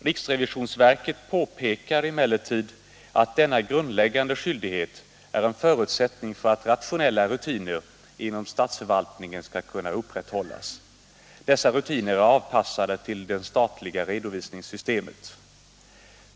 Riksrevisionsverket påpekar emellertid att denna grundläggande skyldighet är en förutsättning för att rationella rutiner inom statsförvaltningen skall kunna upprätthållas. Dessa rutiner är anpassade till det statliga redovisningssystemet.